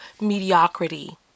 mediocrity